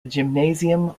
gymnasium